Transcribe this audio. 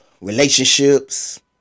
relationships